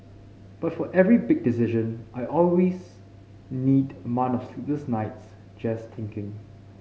but for every big decision I always need month of sleepless nights just thinking